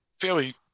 fairly